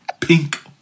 pink